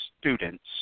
students